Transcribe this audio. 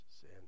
sin